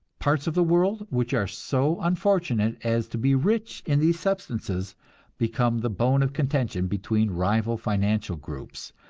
parts of the world which are so unfortunate as to be rich in these substances become the bone of contention between rival financial groups,